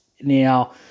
Now